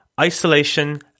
Isolation